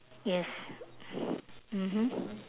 yes mmhmm